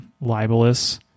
libelous